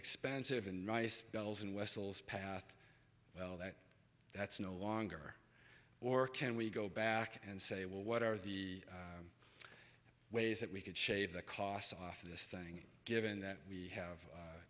expensive and nice bells and whistles path well that that's no longer or can we go back and say well what are the ways that we could shave the costs off of this thing given that we have